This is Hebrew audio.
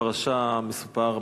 בפרשה מסופר,